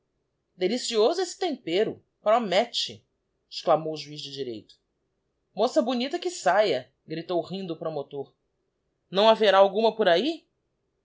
delicioso esse tempero promette exclamou o juiz de direito moça bonita que saia gritou rindo o promotor não haverá alguma por ahi